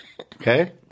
okay